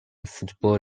football